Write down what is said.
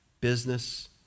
business